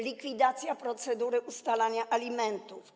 Likwidacja procedury ustalania alimentów.